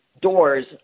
doors